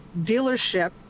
dealership